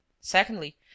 Secondly